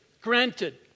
granted